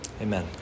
Amen